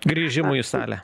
grįžimui į salę